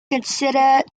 considered